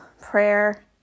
prayer